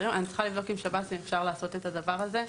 אני צריכה לבדוק עם שב"ס אם אפשר לעשות את הדבר הזה.